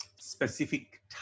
specific